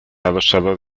adosado